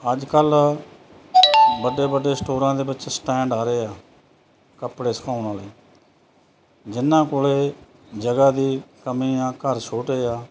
ਅੱਜ ਕੱਲ੍ਹ ਵੱਡੇ ਵੱਡੇ ਸਟੋਰਾਂ ਦੇ ਵਿੱਚ ਸਟੈਂਡ ਆ ਰਹੇ ਆ ਕੱਪੜੇ ਸੁਕਾਉਣ ਵਾਲੇ ਜਿਨ੍ਹਾਂ ਕੋਲ ਜਗ੍ਹਾ ਦੀ ਕਮੀ ਆ ਘਰ ਛੋਟੇ ਆ